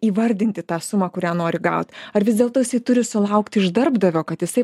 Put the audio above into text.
įvardinti tą sumą kurią nori gaut ar vis dėlto jisai turi sulaukti iš darbdavio kad jisai